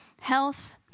health